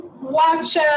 watch